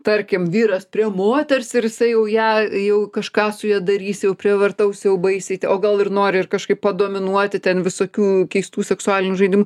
tarkim vyras prie moters ir jisai jau ją jau kažką su ja darys jau prievartaus jau baisiai te o gal ir nori ir kažkaip dominuoti ten visokių keistų seksualinių žaidimų